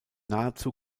nahezu